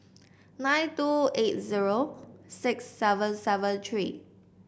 nine two eight zero six seven seven three